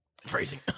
Phrasing